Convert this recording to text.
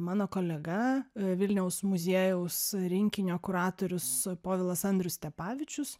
mano kolega vilniaus muziejaus rinkinio kuratorius povilas andrius stepavičius